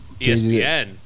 ESPN